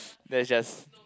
that's just